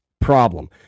problem